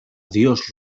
dios